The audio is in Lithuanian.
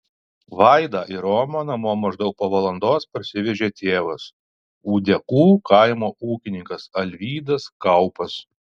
vaidą ir romą namo maždaug po valandos parsivežė tėvas ūdekų kaimo ūkininkas alvydas kaupas